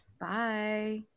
Bye